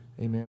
amen